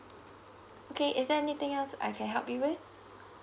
okay is there anything else I can help you with